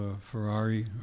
Ferrari